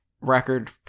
record